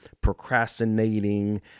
procrastinating